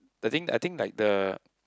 I think I think like the